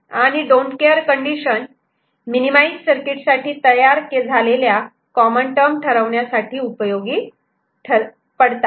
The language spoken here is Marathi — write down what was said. आणि don't care condition don't care conditions minimise circuit साठी तयार झालेल्या कॉमन टर्म ठरविण्यासाठी उपयोगी पडतात